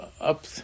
up